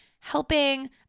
helping